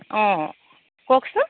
অঁ কওকচোন